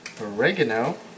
oregano